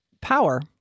power